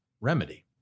remedy